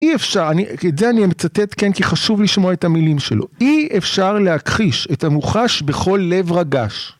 אי אפשר, את זה אני מצטט כן, כי חשוב לשמוע את המילים שלו. אי אפשר להכחיש את המוחש בכל לב רגש.